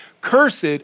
cursed